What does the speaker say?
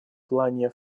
плане